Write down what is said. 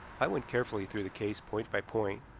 i went carefully through the case point by point,